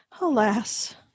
alas